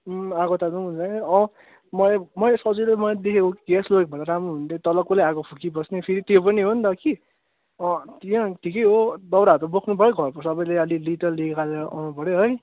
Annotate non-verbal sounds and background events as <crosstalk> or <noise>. आगो ताप्नु पनि <unintelligible> मैले मैले सोचेको मैले देखेको कि ग्यास लगेको भए त राम्रो हुन्थ्यो तल कसले आगो फुकिबस्ने फेरि त्यो पनि हो नि त कि अ त्यहाँ ठिकै हो दउराहरू बोक्नु पऱ्यो घरको सबैले अलिअलि लिएर आउनु पऱ्यो है